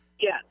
Yes